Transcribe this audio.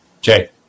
Jay